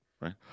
right